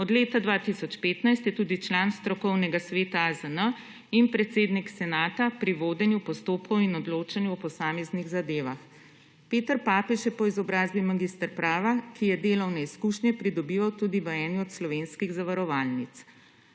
Od leta 2015 je tudi član strokovnega sveta AZN in predsednik senata pri vodenju postopkov in odločanje v posameznih zadevah. 65. TRAK: (IP) – 15.50 (nadaljevanje) Peter Papež je po izobrazbi magister prava, ki je delovne izkušnje pridobival tudi v eni od slovenskih zavarovalnic.